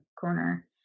corner